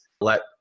let